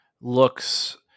looks